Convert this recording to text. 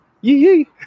Yee